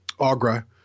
Agra